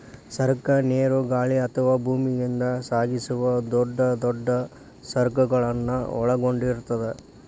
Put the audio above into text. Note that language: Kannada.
ಸರಕ ನೇರು ಗಾಳಿ ಅಥವಾ ಭೂಮಿಯಿಂದ ಸಾಗಿಸುವ ದೊಡ್ ದೊಡ್ ಸರಕುಗಳನ್ನ ಒಳಗೊಂಡಿರ್ತದ